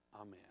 Amen